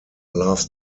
loved